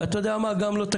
ואת יודעת מה,